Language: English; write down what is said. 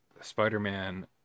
Spider-Man